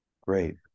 Great